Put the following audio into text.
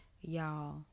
y'all